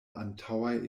antaŭaj